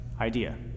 idea